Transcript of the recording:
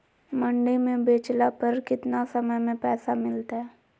मंडी में बेचला पर कितना समय में पैसा मिलतैय?